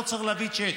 לא צריך להביא צ'ק.